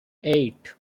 eight